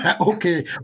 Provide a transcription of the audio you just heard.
Okay